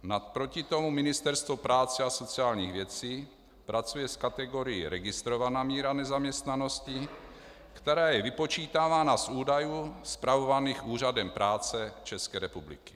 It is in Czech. Naproti tomu Ministerstvo práce a sociálních věcí pracuje s kategorií registrovaná míra nezaměstnanosti, která je vypočítávána z údajů spravovaných Úřadem práce České republiky.